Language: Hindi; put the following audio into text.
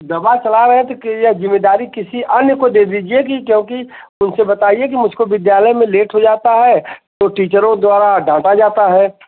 दवा चला रहे हैं तो क यह जिम्मेदारी किसी अन्य को दे दीजिए की क्योंकि उनसे बताइए कि मुझको विद्यालय में लेट हो जाता है तो टीचरों द्वारा डाँटा जाता है